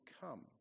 come